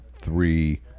three